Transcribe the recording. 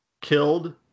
killed